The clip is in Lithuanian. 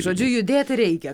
žodžiu judėti reikia